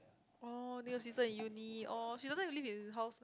oh then your sister in uni oh she doesn't live in house